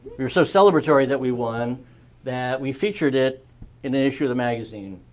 we were so celebratory that we won that we featured it in an issue of the magazine.